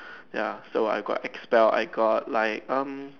ya so I got expelled I got like um